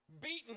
beaten